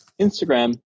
Instagram